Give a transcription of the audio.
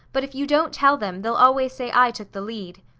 but if you don't tell them, they'll always say i took the lead.